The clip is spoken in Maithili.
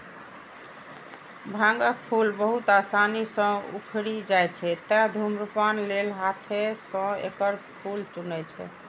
भांगक फूल बहुत आसानी सं उखड़ि जाइ छै, तें धुम्रपान लेल हाथें सं एकर फूल चुनै छै